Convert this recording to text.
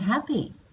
happy